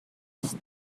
east